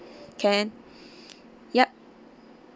can yup